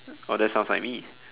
oh that sounds like me